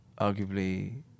arguably